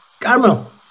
Carmel